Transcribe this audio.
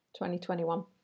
2021